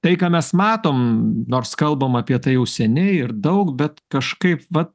tai ką mes matom nors kalbam apie tai jau seniai ir daug bet kažkaip vat